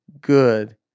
good